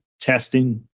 testing